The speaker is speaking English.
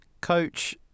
Coach